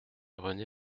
rené